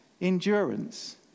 endurance